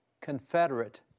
Confederate